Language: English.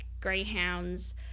greyhounds